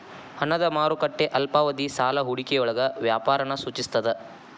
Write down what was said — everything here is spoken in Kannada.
ಹಣದ ಮಾರುಕಟ್ಟೆ ಅಲ್ಪಾವಧಿ ಸಾಲ ಹೂಡಿಕೆಯೊಳಗ ವ್ಯಾಪಾರನ ಸೂಚಿಸ್ತದ